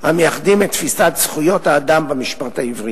המייחדים את תפיסת זכויות האדם במשפט העברי.